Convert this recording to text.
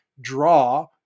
draw